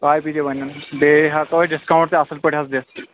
copy تہِ بنَن بیٚیہِ ہیٚکو أسۍ ڈِسکاونٛٹ تہِ اصٕل پأٹھۍ حظ دِتھ